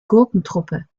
gurkentruppe